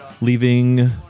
Leaving